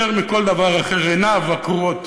יותר מכל דבר אחר, עיניו הקרועות